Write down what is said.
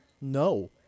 No